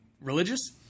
religious